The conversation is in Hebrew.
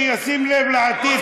שישים לב לעתיד,